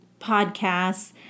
podcasts